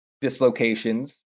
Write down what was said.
dislocations